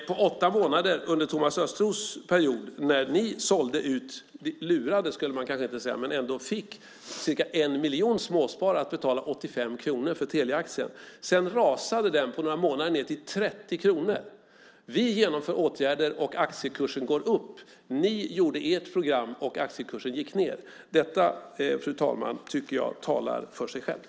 På åtta månader under Thomas Östros period sålde ni ut, lurade kanske man inte ska säga men ni fick ändå cirka en miljon småsparare att betala 85 kronor för Teliaaktien. Sedan rasade den på några månader ned till 30 kronor. Vi genomför åtgärder och aktiekursen går upp. Ni genomförde ert program och aktiekursen gick ned. Detta, fru talman, tycker jag talar för sig självt.